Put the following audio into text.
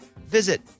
visit